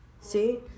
See